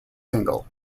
single